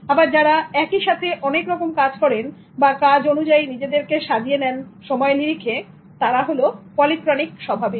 আবার যারা একসাথে অনেকরকম কাজ করেন বা কাজ অনুযায়ী নিজেদের সাজিয়ে নেনসময়ের নিরিখে তারা পলিক্রনিক স্বভাবের